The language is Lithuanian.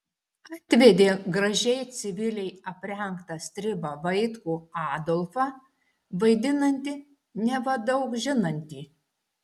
atvedė gražiai civiliai aprengtą stribą vaitkų adolfą vaidinantį neva daug žinantį